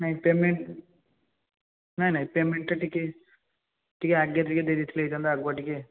ନାଇଁ ପ୍ୟାମେଣ୍ଟ ନାଇଁ ନାଇଁ ପ୍ୟାମେଣ୍ଟ ଟା ଟିକିଏ ଟିକିଏ ଆଗେରେ ଦେଇଦେଇଥିଲେ ହେଇଥାନ୍ତା ଆଗୁଆ ଟିକିଏ